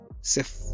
safe